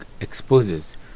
exposes